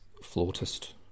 flautist